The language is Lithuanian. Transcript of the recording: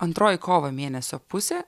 antroji kovo mėnesio pusė